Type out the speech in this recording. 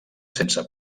sense